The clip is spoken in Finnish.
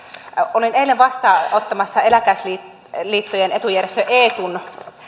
olin eilen vastaanottamassa eläkeläisliittojen etujärjestö eetun